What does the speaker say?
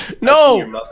No